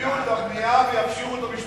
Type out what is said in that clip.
ומחיקת רישומים בעניין תוכנית ההתנתקות,